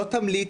לא תמליץ,